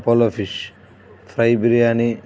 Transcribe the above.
Apollo fish fry biryani